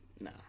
No